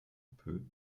peu